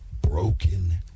broken